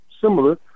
similar